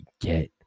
get